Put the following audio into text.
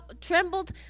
trembled